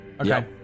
Okay